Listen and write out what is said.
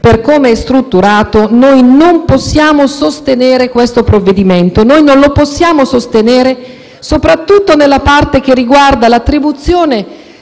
per come è strutturato, noi non possiamo sostenere questo provvedimento. Noi non lo possiamo sostenere soprattutto nella parte che riguarda l'attribuzione